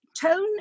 tone